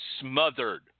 smothered